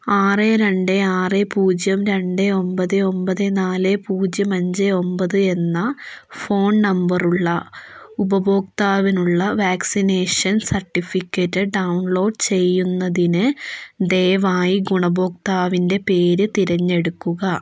ആറ് രണ്ട് ആറ് പൂജ്യം രണ്ട് ഒമ്പത് ഒമ്പത് നാല് പൂജ്യം അഞ്ച് ഒമ്പത് എന്ന ഫോൺ നമ്പർ ഉള്ള ഉപഭോക്താവിനുള്ള വാക്സിനേഷൻ സർട്ടിഫിക്കറ്റ് ഡൗൺലോഡ് ചെയ്യുന്നതിന് ദയവായി ഗുണഭോക്താവിൻ്റെ പേര് തിരഞ്ഞെടുക്കുക